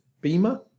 Beamer